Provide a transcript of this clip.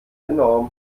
enorm